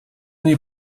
niej